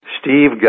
Steve